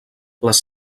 les